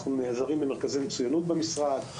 אנחנו נעזרים במרכזי מצוינות במשרד.